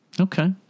Okay